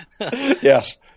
Yes